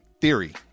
theory